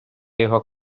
його